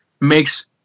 makes